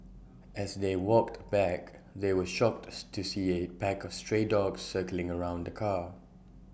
as they walked back they were shocked to see A pack of stray dogs circling around the car